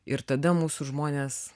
ir tada mūsų žmonės